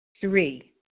Three